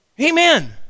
Amen